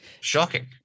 shocking